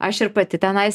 aš ir pati tenais